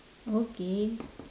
okay